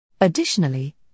Additionally